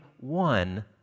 one